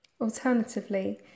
Alternatively